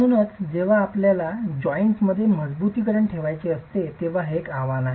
म्हणून जेव्हा आपल्याला जॉइंट मध्ये मजबुतीकरण ठेवायचे असते तेव्हा हे एक आव्हान असते